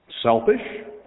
Selfish